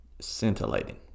scintillating